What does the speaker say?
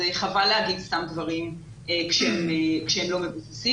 חבל להגיד סתם דברים שהם לא מבוססים